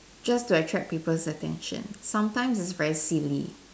just to attract people's attention sometimes its very silly